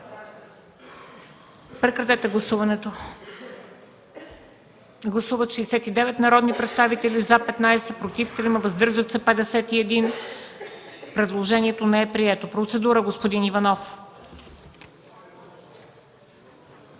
Прекратете гласуването. Гласували 69 народни представители: за 15, против 3, въздържали се 51. Предложението не е прието. Процедура – господин Иванов.